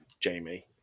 Jamie